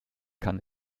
kann